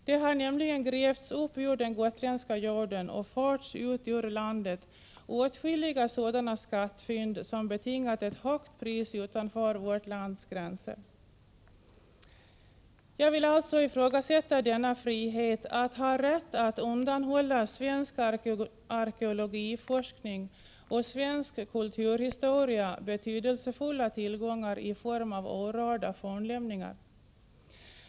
Åtskilliga skattfynd som betingat ett högt pris utanför vårt lands gränser har nämligen grävts upp ur den gotländska jorden och förts ut ur landet. i 155 Jag vill alltså ifrågasätta denna frihet och rätt att undanhålla svensk arkeologiforskning och svensk kulturhistoria betydelsefulla tillgångar i form av orörda fornlämningar.